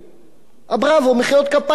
א-בראבו, מחיאות כפיים, מדליה.